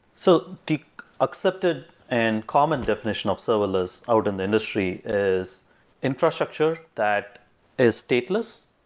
so the accepted and common definition of serverless out in the industry is infrastructure that is stateless.